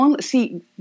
See